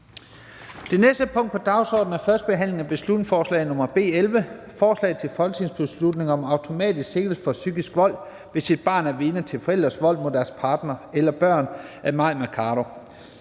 Det næste punkt på dagsordenen er: 2) 1. behandling af beslutningsforslag nr. B 11: Forslag til folketingsbeslutning om automatisk sigtelse for psykisk vold, hvis et barn er vidne til forældres vold mod deres partner eller børn. Af Mai Mercado